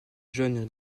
john